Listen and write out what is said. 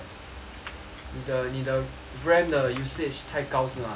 你的你的 RAM 的 usage 太高是吗